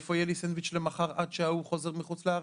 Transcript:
מאיפה יהיה לי סנדוויץ' למחר עד שההוא חוזר מחוץ לארץ?